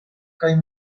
kaj